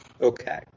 Okay